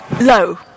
Low